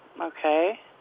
Okay